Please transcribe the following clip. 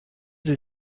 sie